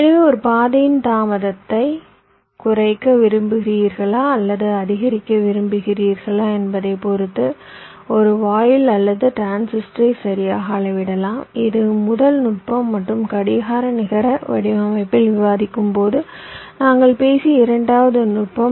எனவே ஒரு பாதையின் தாமதத்தை குறைக்க விரும்புகிறீர்களா அல்லது அதிகரிக்க விரும்புகிறீர்களா என்பதைப் பொறுத்து ஒரு வாயில் அல்லது டிரான்சிஸ்டரை சரியாக அளவிடலாம் இது முதல் நுட்பம் மற்றும் கடிகார நிகர வடிவமைப்பில் விவாதிக்கும்போது நாங்கள் பேசிய இரண்டாவது நுட்பம்